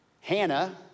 Hannah